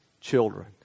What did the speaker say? children